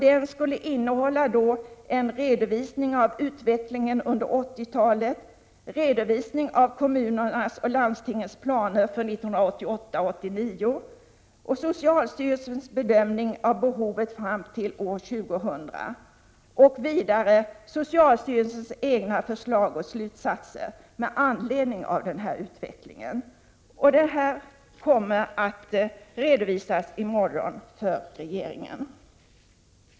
Den skulle omfatta utvecklingen under 1980-talet, kommunernas och landstingens planer för 1988 och 1989, socialstyrelsens bedömning av behovet fram till år 2000 och vidare socialstyrelsens egna förslag och slutsatser med anledning av utvecklingen. Den kommer att redovisas för regeringen i morgon.